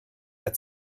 der